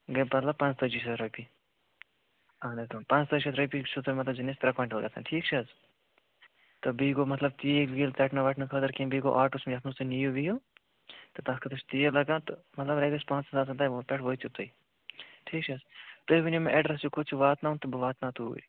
گٔے پانٛژھ تٲجی شَتھ رۄپیہِ پانٛژھ تٲجی شَتھ رۄپیہِ چھُو تۄہہِ مطلب زِنِس ترٛےٚ کویِنٛٹل گَژھان ٹھیٖک چھِ حظ تہٕ بیٚیہِ گوٚو مطلب تیٖل ویٖل ژٹنہٕ وَٹنہٕ خٲطرٕ کیٚنٛہہ بیٚیہِ گوٚو آٹُوَس منٛز یَتھ منٛز تُہۍ نِیِو وِیِو تہٕ تَتھ خٲطرٕ چھُ تیٖل لَگان تہٕ مطلب رۄپیَس پانٛژَن ساسَن تام پٮ۪ٹھ وٲتِو تُہۍ ٹھیٖک چھِ حظ تُہۍ ؤنِو مےٚ اٮ۪ڈرس یہِ کوٚت چھُ واتناوُن تہٕ بہٕ واتناو توٗرۍ